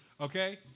okay